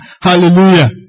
Hallelujah